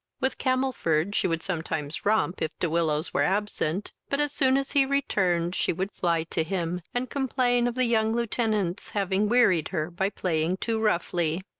with camelford she would sometimes romp, if de willows were absent, but, as soon as he returned, she would fly to him, and complain of the young lieutenant's having wearied her by playing too roughly.